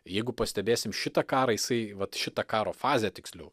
jeigu pastebėsim šitą karą jisai vat šitą karo fazę tiksliau